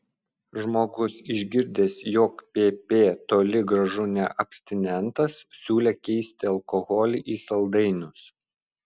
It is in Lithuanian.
žmogus išgirdęs jog pp toli gražu ne abstinentas siūlė keisti alkoholį į saldainius